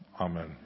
Amen